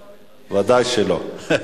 לא, ודאי שלא.